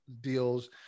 deals